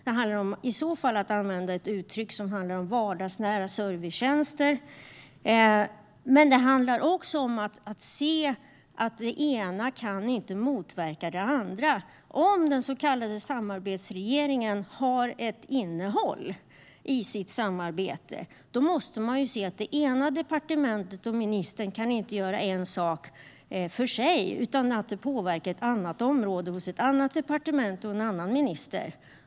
Det handlar i så fall om vardagsnära servicetjänster. Men det handlar också om att se att det ena inte kan motverka det andra. Om den så kallade samarbetsregeringen har ett innehåll i sitt samarbete måste man se att det ena departementet och den ena ministern inte kan göra en sak för sig utan att det påverkar ett annat område hos ett annat departement och en annan minister.